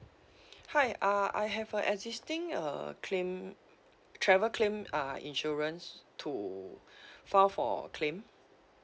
hi uh I have a existing uh claim travel claim uh insurance to file for claim